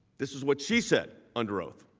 this is what she said under oath.